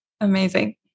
Amazing